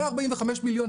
145 מיליון,